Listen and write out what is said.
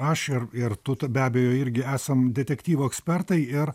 aš ir ir tu t be abejo irgi esam detektyvų ekspertai ir